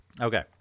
Okay